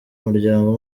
umuryango